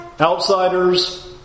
Outsiders